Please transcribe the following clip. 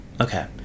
okay